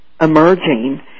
emerging